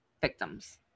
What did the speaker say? victims